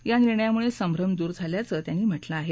या निर्णयामुळे संभ्रम दूर झाल्याचं त्यांनी म्हटलं आहे